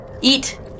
Eat